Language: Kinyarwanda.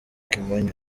kimonyo